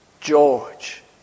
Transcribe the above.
George